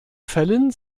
fällen